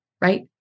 right